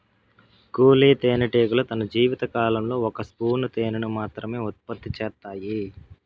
కూలీ తేనెటీగలు తన జీవిత కాలంలో ఒక స్పూను తేనెను మాత్రమె ఉత్పత్తి చేత్తాయి